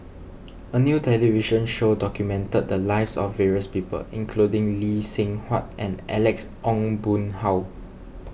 a new television show documented the lives of various people including Lee Seng Huat and Alex Ong Boon Hau